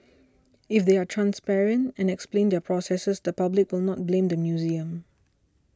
if they are transparent and explain their processes the public will not blame the museum